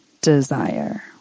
desire